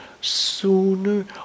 sooner